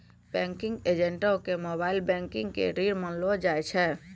banking एजेंटो के mobile banking के रीढ़ मानलो जाय छै